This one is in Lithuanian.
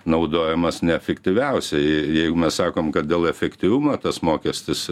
naudojamas neefektyviausiai jeigu mes sakom kad dėl efektyvumo tas mokestis